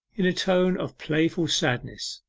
in a tone of playful sadness.